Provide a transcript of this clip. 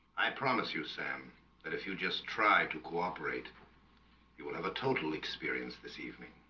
i promise you sam that if you just try to cooperate you will have a total experience this evening.